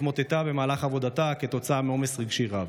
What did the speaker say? התמוטטה במהלך עבודתה כתוצאה מעומס רגשי רב.